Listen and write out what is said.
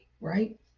right